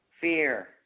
fear